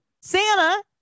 Santa